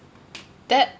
that